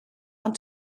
ond